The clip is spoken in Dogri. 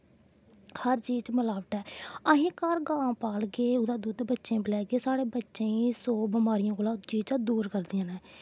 हर चीज च मलावट ऐ अस घर गां पालगे ओह्दा दुद्ध बच्चें गी पलैगे साढ़े बच्चें गी सौ बमारियें कोला दा चीजां दूर करदियां न